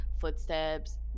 footsteps